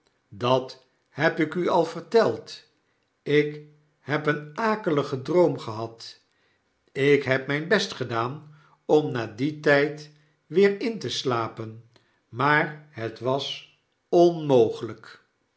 dat heb ik u al verteld ik heb een akeligen droom gehad ik heb mijn best gedaan om na dien tyd weer in te slapen maar het was onmogelyk